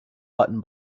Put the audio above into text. button